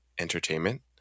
entertainment